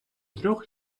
трьох